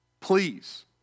Please